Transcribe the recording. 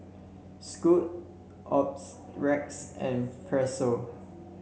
Scoot and Pezzo